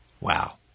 Wow